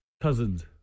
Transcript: cousins